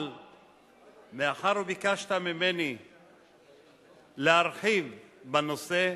אבל מאחר שביקשת ממני להרחיב בנושא,